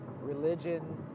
religion